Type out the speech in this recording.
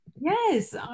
Yes